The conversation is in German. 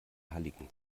halligen